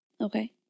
Okay